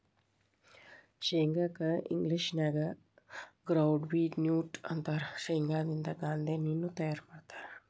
ಶೇಂಗಾ ಕ್ಕ ಇಂಗ್ಲೇಷನ್ಯಾಗ ಗ್ರೌಂಡ್ವಿ ನ್ಯೂಟ್ಟ ಅಂತಾರ, ಶೇಂಗಾದಿಂದ ಗಾಂದೇಣ್ಣಿನು ತಯಾರ್ ಮಾಡ್ತಾರ